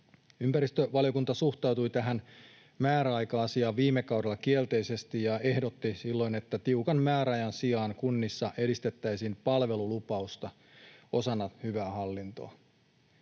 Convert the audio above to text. Ympäristövaliokunta suhtautui tähän määräaika-asiaan viime kaudella kielteisesti ja ehdotti silloin, että tiukan määräajan sijaan kunnissa edistettäisiin palvelulupausta osana hyvää hallintoa.